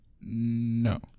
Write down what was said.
No